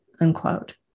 unquote